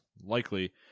likely